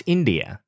India